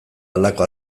halako